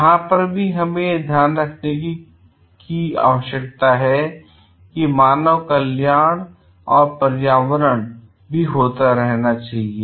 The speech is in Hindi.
यहां भी हमें इस पर ध्यान केंद्रित करने की आवश्यकता है कि इस तरह पर्यावरण और मानव कल्याण होना चाहिए